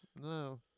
No